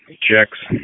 checks